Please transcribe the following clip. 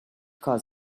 cars